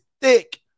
thick